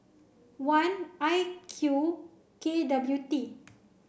one I Q K W T